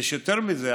יש יותר מזה,